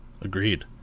Agreed